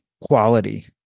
quality